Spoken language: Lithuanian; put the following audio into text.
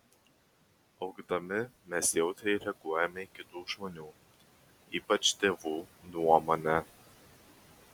augdami mes jautriai reaguojame į kitų žmonių ypač tėvų nuomonę